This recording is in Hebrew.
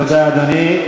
תודה, אדוני.